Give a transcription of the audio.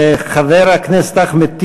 חבר הכנסת אחמד טיבי,